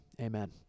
Amen